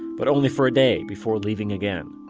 but only for a day before leaving again